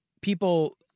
people